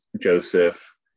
Joseph